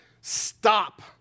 stop